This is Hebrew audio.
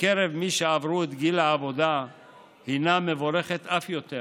בקרב מי שעברו את גיל העבודה הינה מבורכת אף יותר